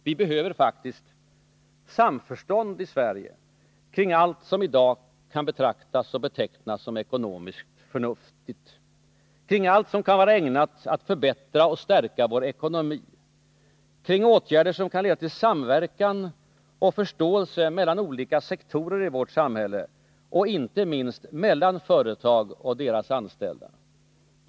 Vi behöver faktiskt samförstånd i Sverige kring allt som i dag kan betraktas och betecknas som ekonomiskt förnuftigt, kring allt som kan vara ägnat att förbättra och stärka vår ekonomi liksom kring åtgärder som kan leda till samverkan och förståelse mellan olika sektorer i vårt samhälle och inte minst mellan företag och deras anställda.